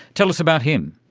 tell us about him.